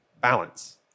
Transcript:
Balance